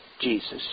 Jesus